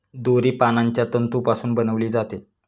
दोरी पानांच्या तंतूपासून बनविली जाते